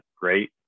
great